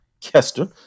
kester